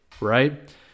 right